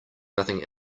nothing